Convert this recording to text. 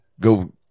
go